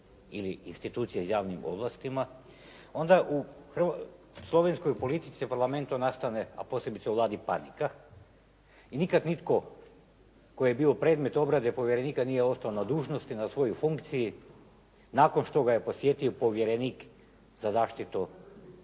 ili institucije s javnim ovlastima, onda u slovenskoj politici, u Parlamentu nastane a posebice u Vladi, panika. I nikad nitko tko je bio predmet obrade povjerenika nije ostao na dužnosti, na svojoj funkciji nakon što ga je posjetio povjerenik za zaštitu osobnih